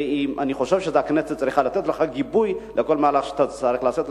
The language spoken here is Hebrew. ואני חושב שהכנסת צריכה לתת לך גיבוי בכל מהלך שאתה תצטרך לעשות.